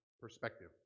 perspective